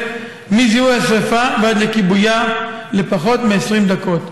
מזיהוי השרפה ועד לכיבויה לפחות מ-20 דקות.